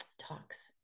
talks